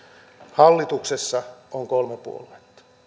hallituksessa on kolme puoluetta